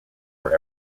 were